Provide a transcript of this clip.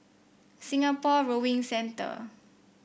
Singapore Rowing Center